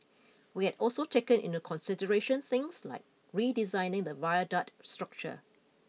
we had also taken into consideration things like redesigning the viaduct structure